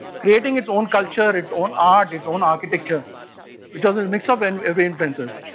creating its own culture, its own art, its own architecture which was a mix of and every influences.